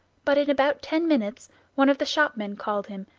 but in about ten minutes one of the shopmen called him,